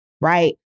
right